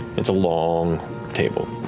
it's a long table.